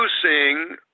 producing